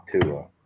Tua